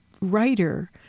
writer